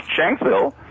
shanksville